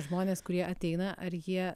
žmonės kurie ateina ar jie